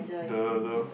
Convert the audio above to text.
the the